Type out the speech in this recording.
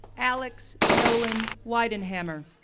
alex nolan weidenhamer,